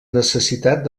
necessitat